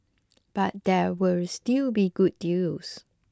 but there will still be good deals